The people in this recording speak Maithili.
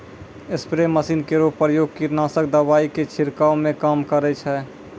स्प्रे मसीन केरो प्रयोग कीटनाशक दवाई क छिड़कावै म काम करै छै